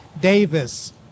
Davis